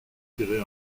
tirés